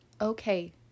okay